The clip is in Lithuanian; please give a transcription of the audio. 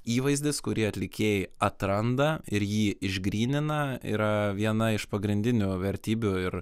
įvaizdis kurį atlikėjai atranda ir jį išgrynina yra viena iš pagrindinių vertybių ir